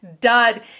dud